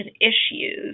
issues